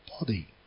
body